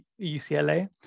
UCLA